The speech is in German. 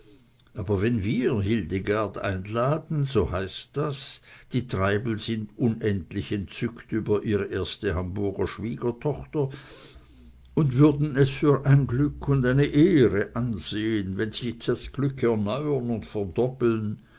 aber wenn wir hildegard einladen so heißt das die treibels sind unendlich entzückt über ihre erste hamburger schwiegertochter und würden es für ein glück und eine ehre ansehen wenn sich das glück erneuern und verdoppeln